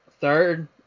third